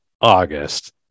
August